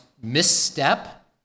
misstep